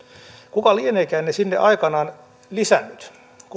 kuka lieneekään ne sinne aikoinaan lisännyt